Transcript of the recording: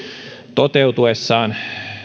toteutuessaan